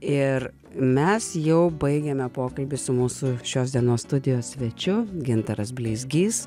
ir mes jau baigiame pokalbį su mūsų šios dienos studijos svečiu gintaras bleizgys